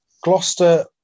Gloucester